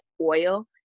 oil